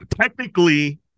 Technically